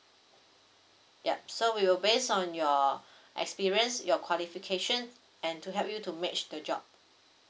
yup so we will based on your experience your qualification and to help you to match the job